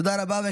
תודה רבה.